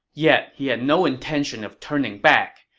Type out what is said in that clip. yet he had no intention of turning back.